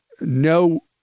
no